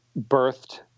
birthed